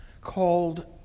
called